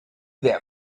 that